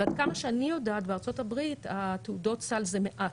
ועד כמה שאני יודעת בארצות הברית תעודות הסל הן מעט,